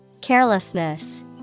Carelessness